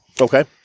Okay